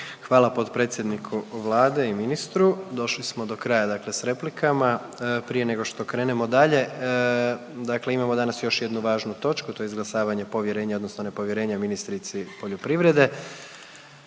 Hvala potpredsjedniku Vlade i ministru, došli smo do kraja dakle s replikama. Prije nego što krenemo dalje, dakle imamo danas još jednu važnu točku, a to je izglasavanje povjerenja odnosno nepovjerenja ministrici poljoprivrede.